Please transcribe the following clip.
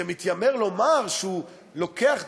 שמתיימר לומר שהוא לוקח דוגמה,